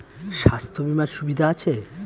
স্বাস্থ্য বিমার সুবিধা আছে?